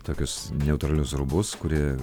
tokius neutralius rūbus kurie